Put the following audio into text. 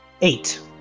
Eight